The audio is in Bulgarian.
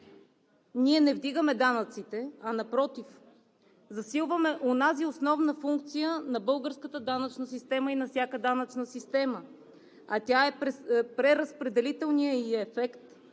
ние не вдигаме данъците, а напротив засилваме онази основна функция на българската данъчна система и на всяка данъчна система, а тя е преразпределителният ѝ ефект,